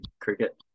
cricket